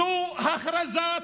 זו הכרזת